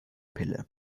pille